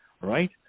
right